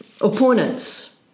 opponents